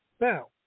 Now